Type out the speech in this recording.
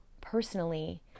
personally